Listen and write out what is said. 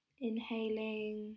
inhaling